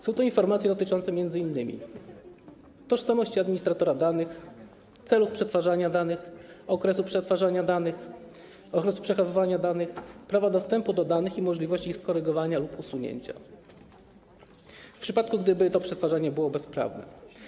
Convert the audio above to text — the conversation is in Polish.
Są to informacje dotyczące m.in. tożsamości administratora danych, celów przetwarzania danych, okresu przetwarzania danych, okresu przechowywania danych, prawa dostępu do danych i możliwości ich skorygowania lub usunięcia, w przypadku gdyby to przetwarzanie było bezprawne.